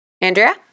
Andrea